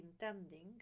intending